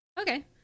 Okay